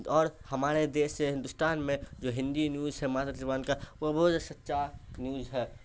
اور ہمارے دیش سے ہندوستان میں جو ہندی نیوس ہے مادری زبان کا وہ بہت ہی سچا نیوز ہے